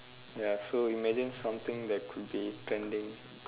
ya so imagine something that could be trending